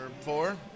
four